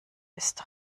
ist